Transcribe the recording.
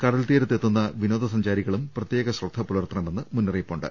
കടൽ തീരത്ത് എത്തുന്ന വിനോദ സഞ്ചാരികളും പ്രത്യേക ശ്രദ്ധ പുലർത്തണമെന്ന് മുന്നറിയിപ്പുണ്ട്